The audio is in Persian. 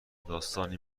داستانی